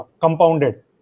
Compounded